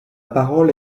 parole